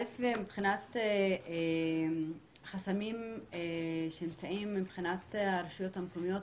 מבחינת חסמים שנמצאים מבחינת הרשויות המקומיות,